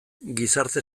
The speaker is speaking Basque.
gizarte